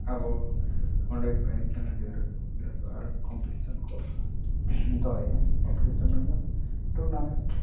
ᱟᱵᱚ ᱚᱸᱰᱮ ᱠᱚ ᱮᱱᱮᱡ ᱠᱟᱱᱟ ᱜᱤᱫᱽᱨᱟᱹ ᱠᱚ ᱯᱤᱫᱽᱨᱟᱹ ᱠᱚ ᱟᱨ ᱠᱚᱢᱯᱤᱴᱤᱥᱮᱱ ᱠᱚ ᱫᱚᱦᱚᱭᱮᱜᱼᱟ ᱠᱚᱢᱯᱤᱴᱤᱥᱮᱱ ᱢᱮᱱᱫᱚ ᱴᱩᱨᱱᱟᱢᱮᱱᱴ